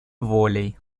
волей